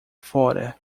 fora